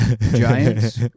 Giants